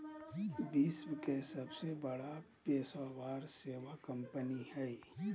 विश्व के सबसे बड़ा पेशेवर सेवा कंपनी हइ